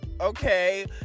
okay